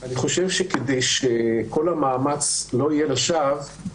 אני חושב שכדי שכל המאמץ לא יהיה לשווא,